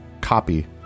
copy